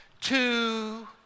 two